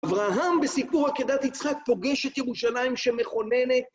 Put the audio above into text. אברהם בסיפור עקדת יצחק פוגש את ירושלים שמכוננת